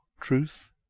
truth